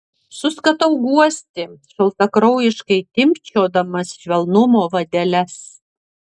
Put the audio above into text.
suskatau guosti šaltakraujiškai timpčiodamas švelnumo vadeles